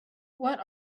what